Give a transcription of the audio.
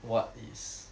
what is